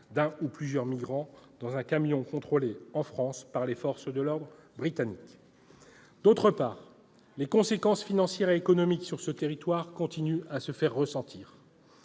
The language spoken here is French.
d'un ou plusieurs migrants dans un camion contrôlé en France par les forces de l'ordre britanniques. Enfin, les conséquences financières et économiques sur ce territoire continuent à se faire ressentir.